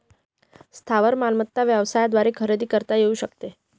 स्थावर मालमत्ता व्यवसायाद्वारे खरेदी करता येऊ शकते